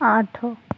ଆଠ